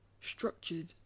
structured